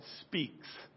speaks